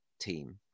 team